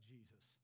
Jesus